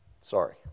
Sorry